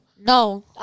No